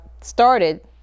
started